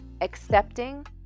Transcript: Accepting